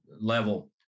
level